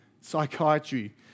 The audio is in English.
psychiatry